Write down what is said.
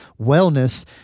wellness